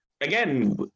Again